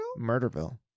Murderville